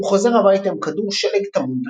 הוא חוזר הביתה עם כדור שלג טמון בכיסו.